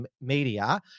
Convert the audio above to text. media